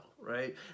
right